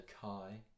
Kai